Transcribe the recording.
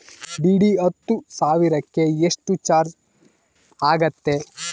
DD ಹತ್ತು ಸಾವಿರಕ್ಕೆ ಎಷ್ಟು ಚಾಜ್೯ ಆಗತ್ತೆ?